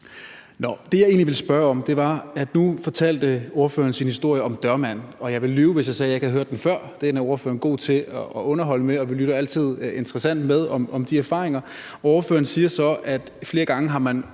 det, jeg egentlig ville spørge om, var: Nu fortalte ordføreren sin historie om at være dørmand, og jeg ville lyve, hvis jeg sagde, at jeg ikke havde hørt den før. Den er ordføreren god til at underholde med, og vi lytter altid interesseret med om de erfaringer. Ordføreren siger så, at man flere gange har